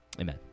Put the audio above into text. Amen